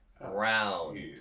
round